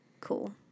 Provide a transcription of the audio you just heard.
cool